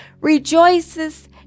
rejoices